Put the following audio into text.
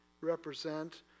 represent